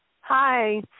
Hi